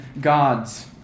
gods